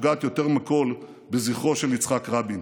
שפוגעת יותר מכול בזכרו של יצחק רבין.